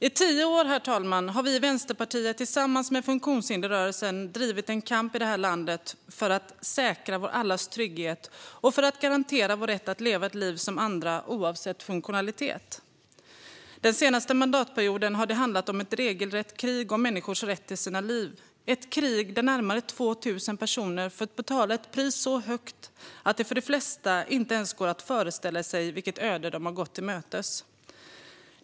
I tio år, fru talman, har vi i Vänsterpartiet tillsammans med funktionshindersrörelsen drivit en kamp i det här landet för att säkra allas vår trygghet och för att garantera vår rätt att leva ett liv som andra oavsett funktionalitet. Den senaste mandatperioden har det handlat om ett regelrätt krig om människors rätt till sina liv, ett krig där närmare 2 000 personer fått betala ett pris så högt att det för de flesta inte ens går att föreställa sig vilket öde de gått till mötes.